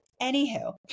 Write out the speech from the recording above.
anywho